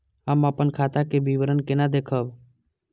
हम अपन खाता के विवरण केना देखब?